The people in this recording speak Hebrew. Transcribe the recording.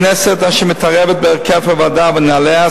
כנסת אשר מתערבת בהרכב הוועדה ונהליה,